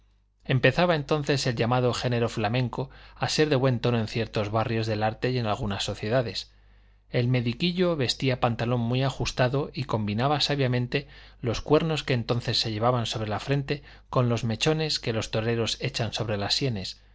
empezaba entonces el llamado género flamenco a ser de buen tono en ciertos barrios del arte y en algunas sociedades el mediquillo vestía pantalón muy ajustado y combinaba sabiamente los cuernos que entonces se llevaban sobre la frente con los mechones que los toreros echan sobre las sienes